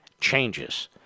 changes